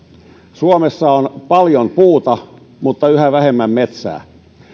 suomessa on paljon puuta mutta yhä vähemmän metsää